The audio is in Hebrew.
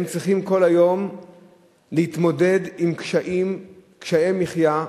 צריכים כל היום להתמודד עם קשיים, קשיי מחיה.